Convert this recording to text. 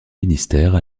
ministère